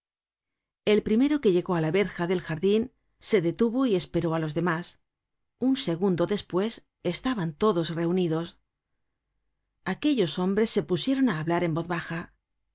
el primero que llegó á la verja del jardin se detuvo y esperó á los demás un segundo despues estaban todos reunidos aquellos hombres se pusieron á hablar en voz baja